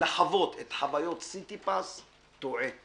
לחוות את חוויות סיטי פס טועה.